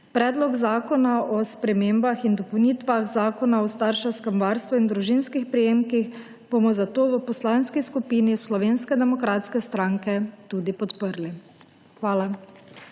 Predlog zakona o spremembah in dopolnitvah Zakona o starševskem varstvu in družinskih prejemkih bomo zato v Poslanski skupini Slovenske demokratske stranke tudi podprli. Hvala.